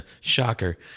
Shocker